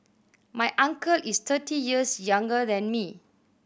my uncle is thirty years younger than me